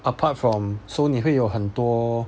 apart from so 你会有很多